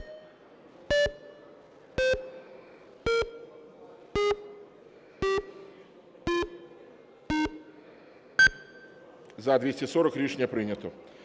За-270 Рішення прийнято.